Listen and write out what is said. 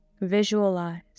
Visualize